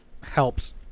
helps